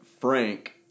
Frank